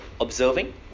observing